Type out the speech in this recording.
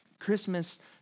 Christmas